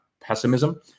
pessimism